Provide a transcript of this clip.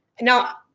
Now